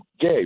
Gay